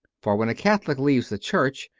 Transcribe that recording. for when a catholic leaves the church,